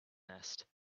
nest